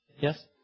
Yes